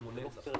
המשפחות.